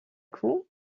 coup